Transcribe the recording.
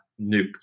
nuked